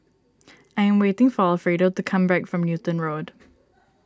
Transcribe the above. I am waiting for Alfredo to come back from Newton Road